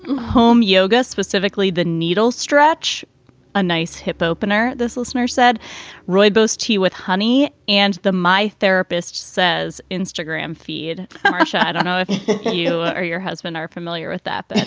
home yoga, specifically, the needles stretch a nice hip opener. this listener said roy boese tea with honey and the my therapist says instagram feed ah shot. i know if you or your husband are familiar with that, but and